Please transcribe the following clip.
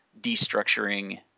destructuring